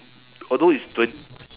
although it's twen~